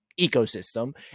ecosystem